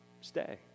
stay